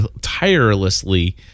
tirelessly